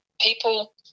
people